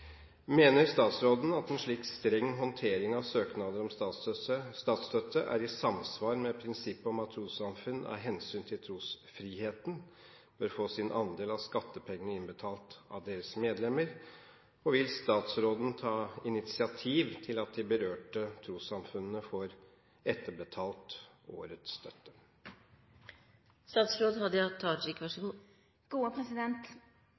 Mener statsråden at en slik streng håndtering av søknader om statsstøtte er i samsvar med prinsippet om at uavhengige trossamfunn av hensyn til trosfriheten bør få sin andel av skattepengene innbetalt av deres medlemmer, og vil statsråden ta initiativ til at de berørte trossamfunnene får etterbetalt årets støtte?»